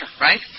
right